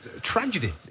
tragedy